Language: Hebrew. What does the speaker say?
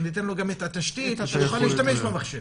שגם ניתן לו את התשתית שיוכל להשתמש במחשב.